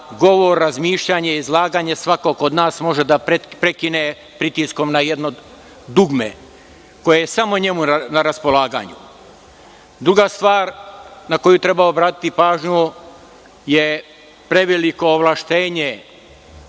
govor, razmišljanje, izlaganje svakog od nas može da prekine pritiskom na jedno dugme, koje je samo njemu na raspolaganju. Druga stvar na koju treba obratiti pažnju je preveliko ovlašćenje